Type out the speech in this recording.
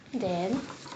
then